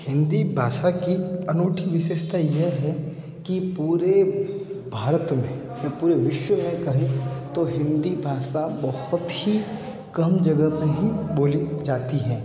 हिंदी भाषा की अनूठी विशेषता यह है कि पूरे भारत में पूरे विश्व में कहीं तो हिंदी भाषा बहुत ही कम जगह पे ही बोली जाती है